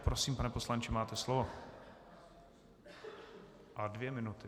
Prosím, pane poslanče, máte slovo a dvě minuty.